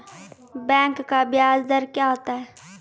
Bank का ब्याज दर क्या होता हैं?